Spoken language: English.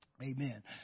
Amen